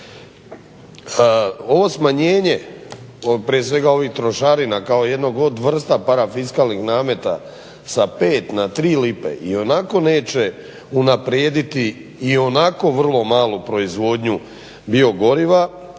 Ovo smanjenje prije svega ovih trošarina kao jednog od vrsta parafiskalnih nameta sa pet na tri lipe ionako neće unaprijediti ionako vrlo malu proizvodnju biogoriva,